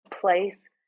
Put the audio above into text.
place